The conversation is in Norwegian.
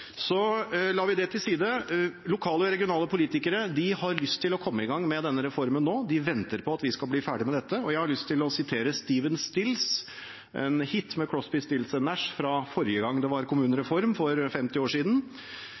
Så la oss legge det til side. Regionale og lokale politikere har lyst til å komme i gang med denne reformen nå. De venter på at vi skal bli ferdige med dette. Jeg har lyst til å sitere Steven Stills – i en hit med Crosby, Stills & Nash fra forrige gang det var kommunereform, for 50 år siden: